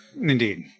Indeed